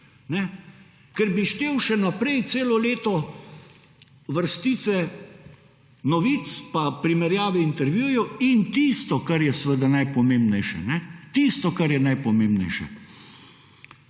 ker bi štel še naprej celo leto vrstice novic pa primerjave intervjujev in tisto, kar je seveda najpomembnejše